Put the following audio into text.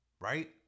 right